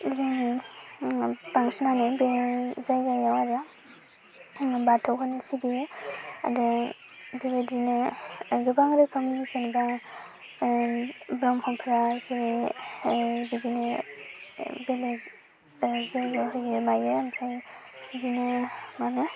जोंनि बांसिनानो बे जायगायाव आरो बाथौखौनो सिबियो आरो बेबायदिनो गोबां रोखोमनि जेनेबा ब्रह्मफ्रा जेरै बिदिनो बेलेग जायगायावहाय होयो मायो ओमफ्राय बिदिनो मा होनो